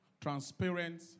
transparent